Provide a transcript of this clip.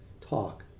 talk